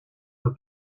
that